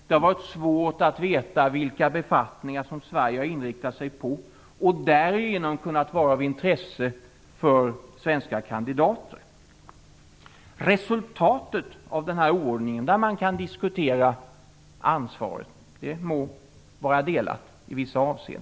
Det har varit svårt att veta vilka befattningar Sverige har inriktat sig på och som därför skulle vara av intresse för svenska kandidater. Man kan diskutera ansvaret för denna oordning, det må vara delat.